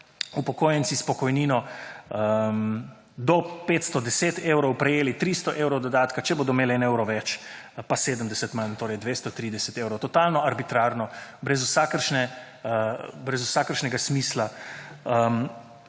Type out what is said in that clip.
upokojenci s pokojnino do 510 evrov prejeli 300 evrov dodatka, če bodo imeli 1 evro več pa 70 manj, torej 230 evrov. Totalno arbitrarno, brez vsakršnega smisla.